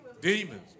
Demons